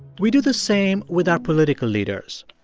we do the same with our political leaders.